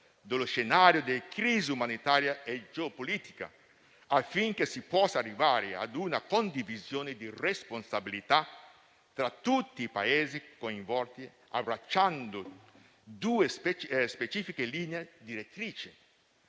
dello scenario della crisi umanitaria e geopolitica affinché si possa arrivare a una condivisione di responsabilità tra tutti i Paesi coinvolti abbracciando due specifiche linee direttrici: